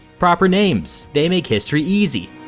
proper names, they make history easy!